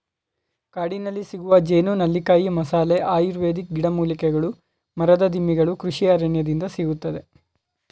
ಕಾಡಿನಲ್ಲಿಸಿಗುವ ಜೇನು, ನೆಲ್ಲಿಕಾಯಿ, ಮಸಾಲೆ, ಆಯುರ್ವೇದಿಕ್ ಗಿಡಮೂಲಿಕೆಗಳು ಮರದ ದಿಮ್ಮಿಗಳು ಕೃಷಿ ಅರಣ್ಯದಿಂದ ಸಿಗುತ್ತದೆ